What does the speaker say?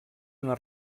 una